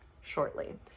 shortly